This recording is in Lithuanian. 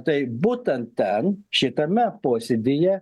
tai būtent ten šitame posėdyje